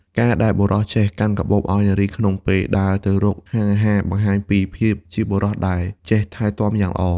ការដែលបុរសចេះកាន់កាបូបឱ្យនារីក្នុងពេលដើរទៅរកហាងអាហារ បង្ហាញពីភាពជាបុរសដែលចេះថែទាំយ៉ាងល្អ។